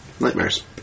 Nightmares